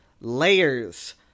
layers